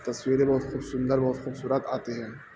تصویریں بہت خوب سندر بہت خوبصورت آتے ہیں